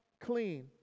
clean